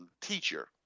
teacher